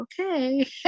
okay